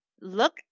look